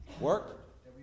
Work